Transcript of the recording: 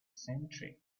centric